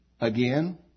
again